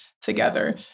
together